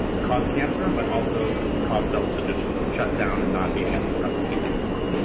cause cancer, but also cause cells to just shutdown and not being able to replicate anymore.